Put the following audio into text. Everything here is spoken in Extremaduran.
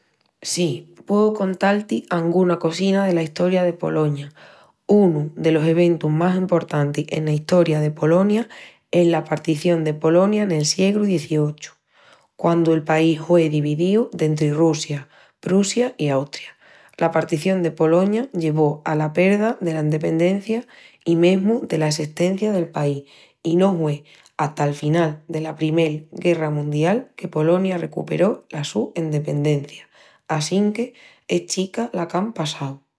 Sí, pueu contal-ti anguna cosina de la estoria de Poloña. Unu delos eventus más emportantis ena estoria de Polonia es la partición de Polonia nel siegru XVIII, quandu el país hue dividíu dentri Russia, Prussia i Austria. La partición de Poloña llevó ala perda dela endependencia i mesmu dela essestencia del país, i no hue hata'l final dela Primel Guerra Mundial que Polonia recuperó la su endependencia. Assinque es chica la qu'án passau!